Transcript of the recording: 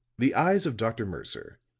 the eyes of dr. mercer,